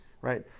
right